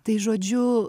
tai žodžiu